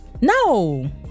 No